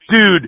dude